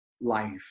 life